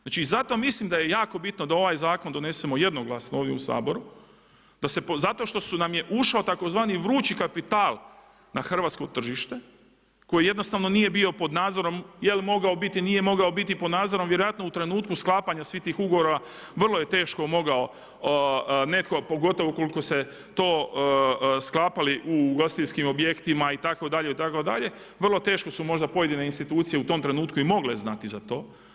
Znači, i zato mislim da je jako bitno da ovaj zakon donesemo jednoglasno ovdje u Saboru, zato što nam je ušao tzv. vrući kapital na hrvatsko tržište koji jednostavno nije bio pod nadzorom, jel mogao biti, nije mogao biti, pod nadzorom, vjerojatno u trenutku sklapanja svih tih ugovora vrlo je teško mogao netko, pogotovo ukoliko se to sklapali u ugostiteljskim objektima itd. itd., vrlo teško su možda pojedine institucije u tom trenutku i mogle znati za to.